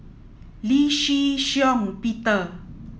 Lee Shih Shiong Peter